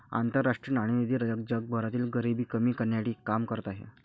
आंतरराष्ट्रीय नाणेनिधी जगभरातील गरिबी कमी करण्यासाठी काम करत आहे